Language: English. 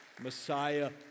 Messiah